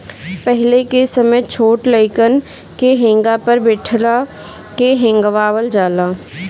पहिले के समय छोट लइकन के हेंगा पर बइठा के हेंगावल जाला